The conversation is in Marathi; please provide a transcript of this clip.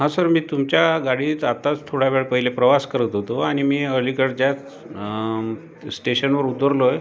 हो सर मी तुमच्या गाडीत आत्ताच थोड्यावेळ पहिले प्रवास करत होतो आणि मी अलीकडच्याच स्टेशनवर उतरलो आहे